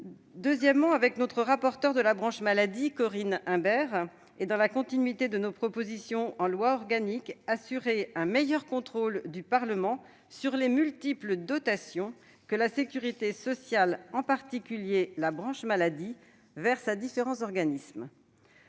à assurer, avec notre rapporteure de la branche maladie, Corinne Imbert, et dans la continuité de nos propositions en loi organique, un meilleur contrôle du Parlement sur les multiples dotations que la sécurité sociale, en particulier cette branche maladie, verse à différents organismes.